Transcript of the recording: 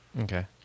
Okay